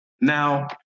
Now